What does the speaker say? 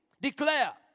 Declare